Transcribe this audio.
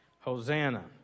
Hosanna